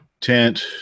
tent